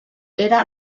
era